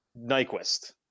Nyquist